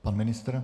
Pan ministr?